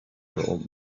old